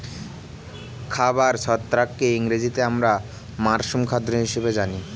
খাবার ছত্রাককে ইংরেজিতে আমরা মাশরুম খাদ্য হিসেবে জানি